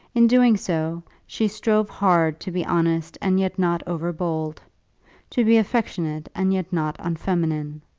in doing so, she strove hard to be honest and yet not over bold to be affectionate and yet not unfeminine.